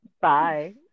Bye